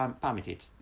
permitted